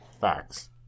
Facts